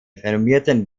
renommierten